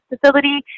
facility